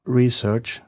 research